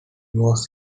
was